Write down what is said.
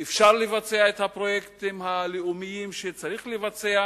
ואפשר לבצע את הפרויקטים הלאומיים שצריך לבצע,